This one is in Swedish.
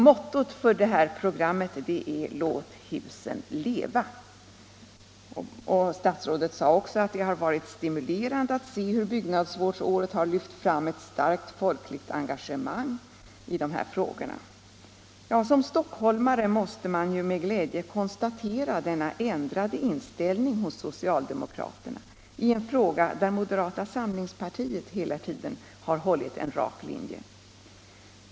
Mottot för detta program är: Låt husen leva! Statsrådet sade också att det varit stimulerande att se hur byggnadsvårdsåret lyft fram ett starkt folkligt engagemang i de här frågorna. Som stockholmare måste man med glädje konstatera denna ändrade inställning hos socialdemokraterna i en fråga där moderata samlingspartiet hela tiden har hållit en rak linje.